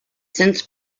since